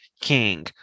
king